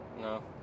no